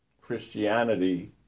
Christianity